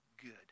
good